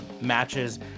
matches